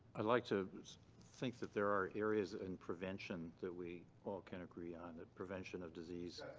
i'd like to think that there are areas in prevention that we all can agree on that prevention of disease.